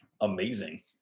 amazing